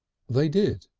they did.